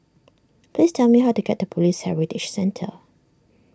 please tell me how to get to Police Heritage Centre